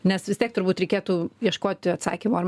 nes vis tiek turbūt reikėtų ieškoti atsakymų ar